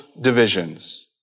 divisions